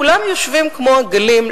כולם יושבים כמו עגלים,